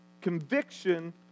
Conviction